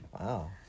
wow